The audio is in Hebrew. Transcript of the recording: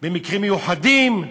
במקרים מיוחדים,